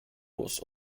watched